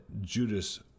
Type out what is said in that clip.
Judas